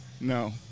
No